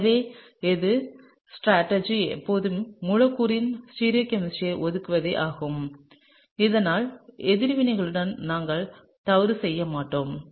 எனவே எனது ஸ்ட்ராட்டஜி எப்போதுமே மூலக்கூறின் ஸ்டீரியோ கெமிஸ்ட்ரியை ஒதுக்குவதே ஆகும் இதனால் எதிர்வினையுடன் நாங்கள் தவறு செய்ய மாட்டோம்